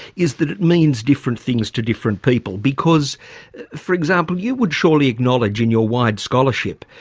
is that it means different things to different people. because for example, you would surely acknowledge in your wide scholarship,